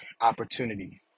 opportunity